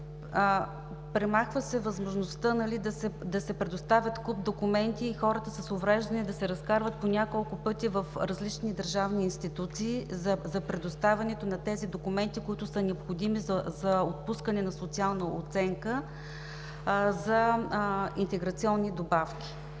премахва се възможността да се предоставят куп документи и хората с увреждания да се разкарват по няколко пъти в различни държавни институции за предоставянето на тези документи, които са необходими за отпускане на социална оценка за интеграционни добавки.